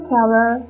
Tower